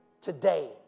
Today